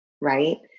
right